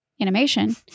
Animation